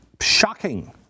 shocking